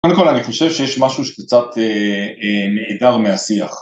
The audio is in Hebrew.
קודם כל אני חושב שיש משהו שקצת נעדר מהשיח.